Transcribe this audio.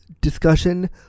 discussion